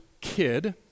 kid